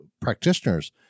practitioners